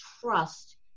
trust